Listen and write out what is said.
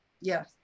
Yes